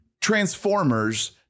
transformers